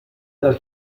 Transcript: dal